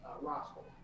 Roscoe